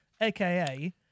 aka